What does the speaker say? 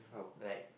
like